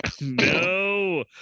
No